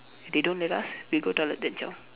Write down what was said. if they don't let us we go toilet then zao